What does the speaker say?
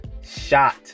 shot